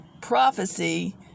prophecy